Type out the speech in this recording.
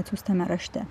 atsiųstame rašte